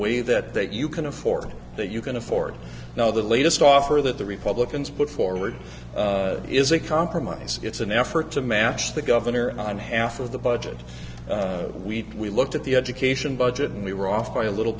way that they you can afford that you can afford now the latest offer that the republicans put forward is a compromise it's an effort to match the governor on half of the budget we looked at the education budget and we were off by a little